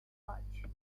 fudge